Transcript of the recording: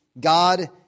God